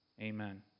amen